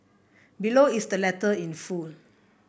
below is the letter in full